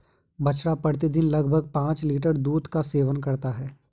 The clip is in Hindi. बछड़ा प्रतिदिन लगभग पांच लीटर दूध का सेवन करता है